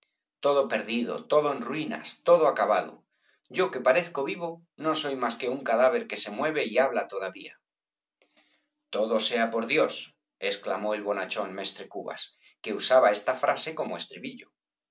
todo perdido todo en ruinas todo acabado yo que parezco vivo no soy más que un cadáver que se mueve y habla todavía todo sea por dios exclamó el bonachón mestre cubas que usaba esta frase como estribillo